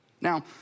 Now